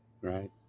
Right